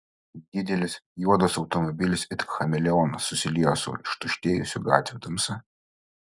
didelis juodas automobilis it chameleonas susiliejo su ištuštėjusių gatvių tamsa